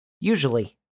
Usually